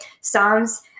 Psalms